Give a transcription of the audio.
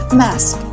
mask